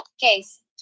Case